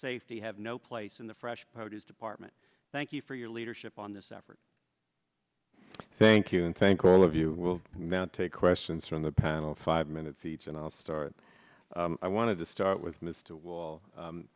safety have no place in the fresh produce department thank you for your leadership on this effort thank you and thank all of you will now take questions from the panel five minutes each and i'll start i wanted to start with mr will